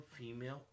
female